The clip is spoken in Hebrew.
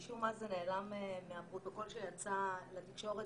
משום מה זה נעלם מהפרוטוקול שיצא לתקשורת